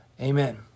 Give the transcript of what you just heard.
Amen